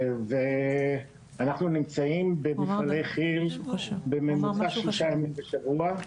אנחנו נמצאים במפעלי כי"ל בממוצע שלושה ימים בשבוע.